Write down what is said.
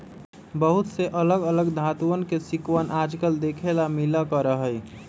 बहुत से अलग अलग धातुंअन के सिक्कवन आजकल देखे ला मिला करा हई